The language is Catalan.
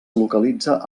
localitza